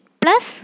plus